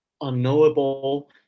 unknowable